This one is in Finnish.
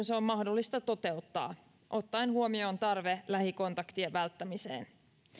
se on mahdollista toteuttaa ottaen huomioon tarve lähikontaktien välttämiseen